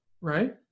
right